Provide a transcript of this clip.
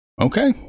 Okay